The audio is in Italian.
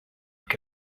che